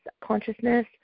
consciousness